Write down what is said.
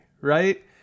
right